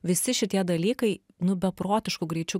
visi šitie dalykai nu beprotišku greičiu